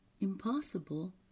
impossible